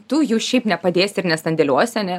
tu jų šiaip nepadėsi ir nesandėliuosi ar ne